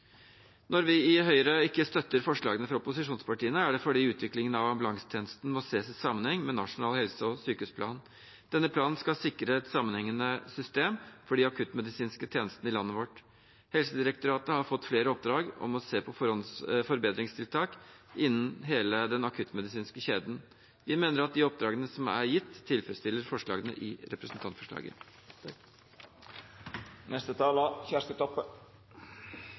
Når vi i Høyre ikke støtter forslagene fra opposisjonspartiene, er det fordi utviklingen av ambulansetjenesten må ses i sammenheng med Nasjonal helse- og sykehusplan. Denne planen skal sikre et sammenhengende system for de akuttmedisinske tjenestene i landet vårt. Helsedirektoratet har fått flere oppdrag om å se på forbedringstiltak innen hele den akuttmedisinske kjeden. Vi mener at de oppdragene som er gitt, tilfredsstiller forslagene i representantforslaget.